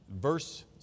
verse